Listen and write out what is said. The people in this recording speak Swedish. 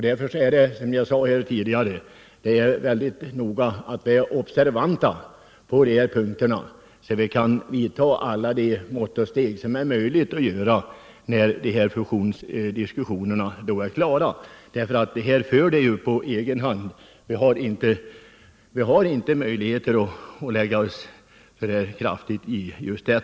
Därför är det, som jag nämnde tidigare, mycket viktigt att vi är observanta på dessa punkter, så att vi kan vidta alla de mått och steg som är möjliga, när fusionsdiskussionerna är klara. Dessa diskussioner för ju parterna på egen hand. Vi har inte möjligheter att med någon kraft lägga oss i just dem.